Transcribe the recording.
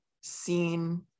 seen